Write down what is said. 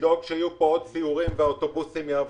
לדאוג שיהיו פה עוד סיורים והאוטובוסים יעבדו.